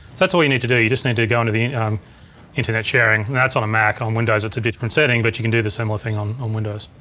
that's all you need to do you just need to go into the internet sharing. that's on a mac, on windows it's a different setting but you can do the similar thing on on windows.